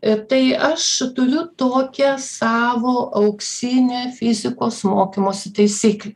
i tai aš turiu tokią savo auksinę fizikos mokymosi taisyklę